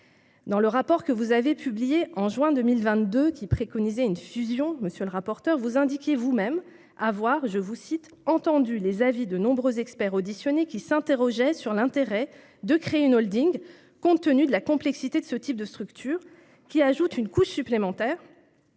Dans le rapport que vous avez publié en juin 2022, lequel préconisait une fusion, monsieur le rapporteur, vous indiquiez vous-même avoir « entendu les avis de nombreux experts auditionnés, qui s'interrogeaient sur l'intérêt de créer une holding compte tenu de la complexité de ce type de structure, qui ajoute une couche supplémentaire,